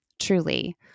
truly